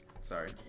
Sorry